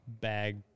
bag